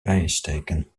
bijensteken